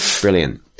Brilliant